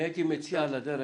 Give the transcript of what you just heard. אני הייתי מציע על הדרך,